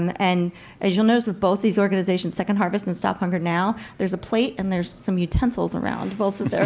and and as you'll notice with both these organizations, second harvest and stop hunger now, there's a plate and there's some utensils around both of their